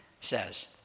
says